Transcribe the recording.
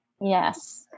Yes